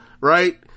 right